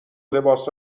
لباس